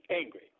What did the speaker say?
angry